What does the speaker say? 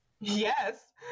Yes